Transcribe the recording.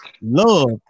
love